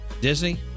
Disney